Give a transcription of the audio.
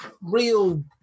Real